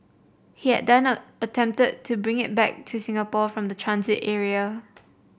he had then attempted to bring it back in to Singapore from the transit area